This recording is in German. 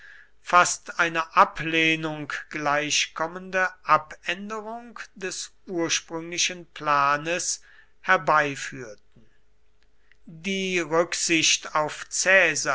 fast einer ablehnung gleichkommende abänderung des ursprünglichen planes herbeiführten die rücksicht auf